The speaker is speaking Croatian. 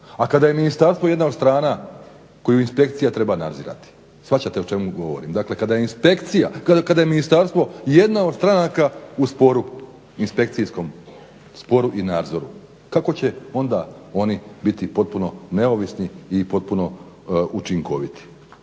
A kada je ministarstvo jedna od strana koju inspekcija treba nadzirati. Shvaćate o čemu govorim. Dakle, kada je ministarstvo jedna od stranaka u sporu inspekcijskom, sporu i nadzoru. Kako će onda oni biti potpuno neovisni i potpuno učinkoviti.